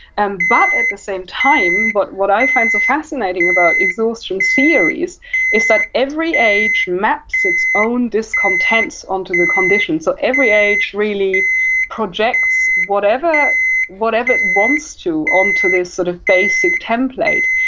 and but, at the same time but what i find so fascinating about exhaustion series is that every age maps its own discontents onto the condition. so, every age really projects whatever whatever it wants to onto this sort of basic template.